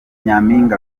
nyaminga